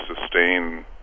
sustain